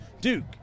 Duke